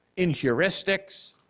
in heuristics,